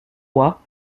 hua